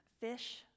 fish